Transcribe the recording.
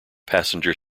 passenger